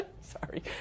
Sorry